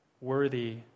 worthy